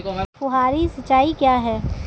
फुहारी सिंचाई क्या है?